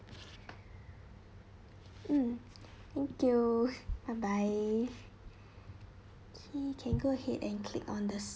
mm thank you bye bye okay can go ahead and click on the